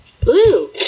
Blue